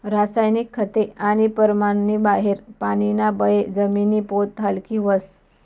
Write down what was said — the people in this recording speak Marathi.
रासायनिक खते आणि परमाननी बाहेर पानीना बये जमिनी पोत हालकी व्हस